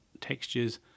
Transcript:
textures